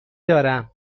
دارم